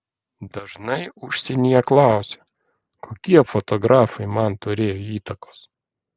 dažnai užsienyje klausia kokie fotografai man turėjo įtakos